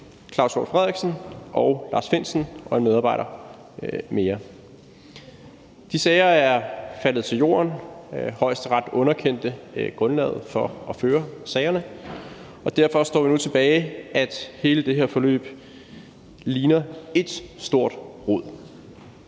Claus Hjort Frederiksen og Lars Findsen og en medarbejder mere. De sager er faldet til jorden. Højesteret underkendte grundlaget for at føre sagerne, og derfor står vi nu tilbage med, at hele det her forløb ligner ét stort rod.